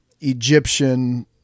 Egyptian